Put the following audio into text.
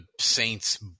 Saints